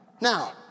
Now